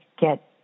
get